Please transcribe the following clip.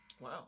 wow